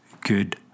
good